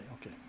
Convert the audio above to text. Okay